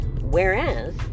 Whereas